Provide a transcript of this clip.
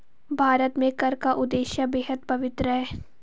भारत में कर का उद्देश्य बेहद पवित्र है